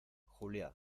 julia